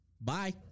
Bye